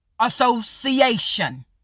association